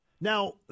Now